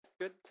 Good